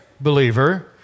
believer